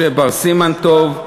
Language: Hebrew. משה בר-סימן-טוב,